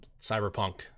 Cyberpunk